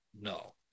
No